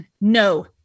No